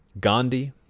Gandhi